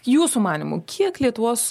jūsų manymu kiek lietuvos